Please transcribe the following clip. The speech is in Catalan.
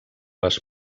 les